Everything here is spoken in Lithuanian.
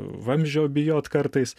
vamzdžio bijot kartais